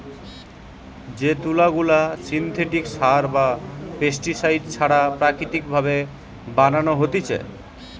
যে তুলা গুলা সিনথেটিক সার বা পেস্টিসাইড ছাড়া প্রাকৃতিক ভাবে বানানো হতিছে